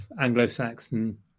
Anglo-Saxon